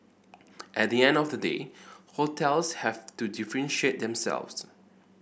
at the end of the day hotels have to differentiate themselves